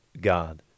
God